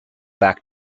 back